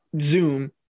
Zoom